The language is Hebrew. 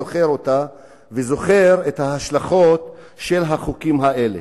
זוכר אותה וזוכר את ההשלכות של החוקים האלה.